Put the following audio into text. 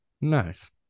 Nice